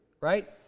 right